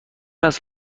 است